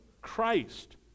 Christ